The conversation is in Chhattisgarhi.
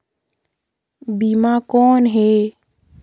बीमा कौन है?